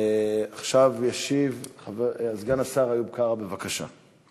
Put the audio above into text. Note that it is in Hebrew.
עכשיו ישיב סגן השר איוב קרא, בבקשה.